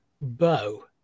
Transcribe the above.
bow